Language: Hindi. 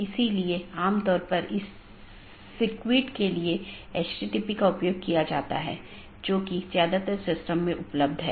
AS के भीतर इसे स्थानीय IGP मार्गों का विज्ञापन करना होता है क्योंकि AS के भीतर यह प्रमुख काम है